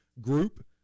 group